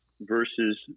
versus